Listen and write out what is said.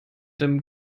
dem